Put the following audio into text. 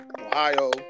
Ohio